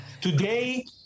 today